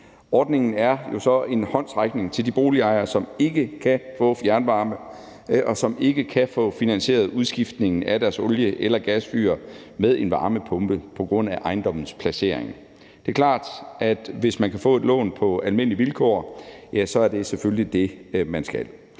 Ordningen er en håndsrækning til de boligejere, som ikke kan få fjernvarme, og som ikke kan få finansieret udskiftningen af deres olie- eller gasfyr med en varmepumpe på grund af ejendommens placering. Det er klart, at hvis man kan få et lån på almindelige vilkår, så er det selvfølgelig det, man skal.